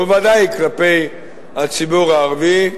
ודאי כלפי הציבור הערבי,